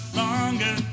longer